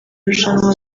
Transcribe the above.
rushanwa